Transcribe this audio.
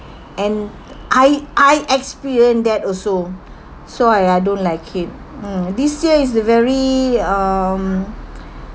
and I I experience that also so I I don't like it mm this year is a very um